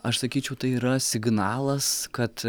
aš sakyčiau tai yra signalas kad